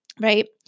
Right